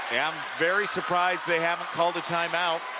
i'm very surprised they haven't called a time-out